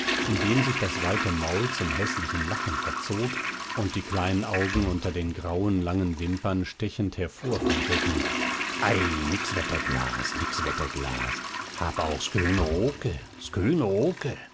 indem sich das weite maul zum häßlichen lachen verzog und die kleinen augen unter den grauen langen wimpern stechend hervorfunkelten ei nix wetterglas nix wetterglas hab auch sköne oke